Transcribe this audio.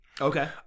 Okay